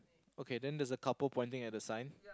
okay then there's a couple pointing at the sign